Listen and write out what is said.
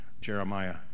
Jeremiah